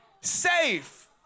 safe